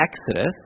Exodus